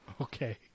Okay